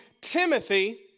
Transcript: Timothy